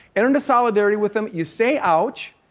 enter into solidarity with them. you say, ouch,